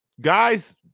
guys